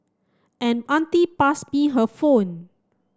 an auntie passed me her phone